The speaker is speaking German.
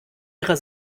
ihrer